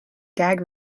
gag